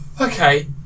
Okay